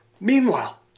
Meanwhile